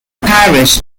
parish